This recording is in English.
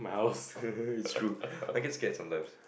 it's true I get scared sometimes